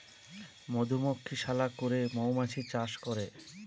মধুমক্ষিশালা করে মৌমাছি চাষ করে